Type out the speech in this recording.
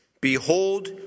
Behold